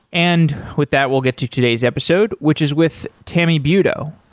and with that, we'll get to today's episode, which is with tammy butow.